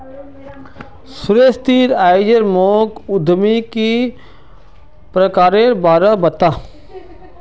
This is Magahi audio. सुरेश ती आइज मोक उद्यमितार प्रकारेर बा र बता